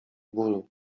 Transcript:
bólu